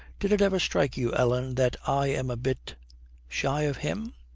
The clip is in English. did it ever strike you, ellen, that i am a bit shy of him